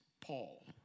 Paul